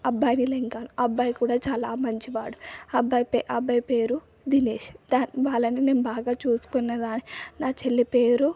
అబ్బాయిలు ఏమి కాదు అబ్బాయి కూడా చాలా మంచివాడు అబ్బాయి అబ్బాయి పేరు దినేష్ వాళ్ళని నేను బాగా చూసుకునేదాన్ని నా చెల్లి పేరు